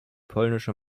polnische